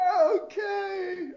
Okay